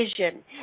vision